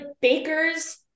bakers